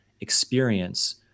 experience